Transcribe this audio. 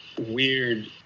weird